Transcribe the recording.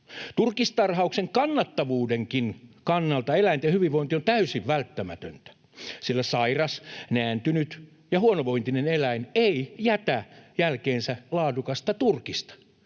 Turkistarhauksen kannattavuudenkin kannalta eläinten hyvinvointi on täysin välttämätöntä, sillä sairas, nääntynyt ja huonovointinen eläin ei jätä jälkeensä laadukasta turkista,